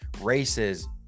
races